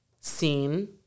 seen